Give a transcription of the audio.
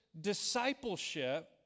discipleship